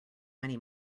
many